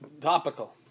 Topical